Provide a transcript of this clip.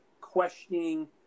questioning